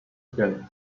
again